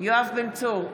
יואב בן צור,